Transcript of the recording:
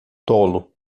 tolo